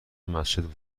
مسجد